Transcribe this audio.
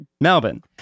Melbourne